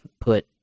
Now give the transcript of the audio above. put